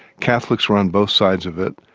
catholics were on both sides of it,